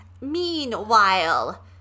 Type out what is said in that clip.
Meanwhile